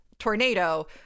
tornado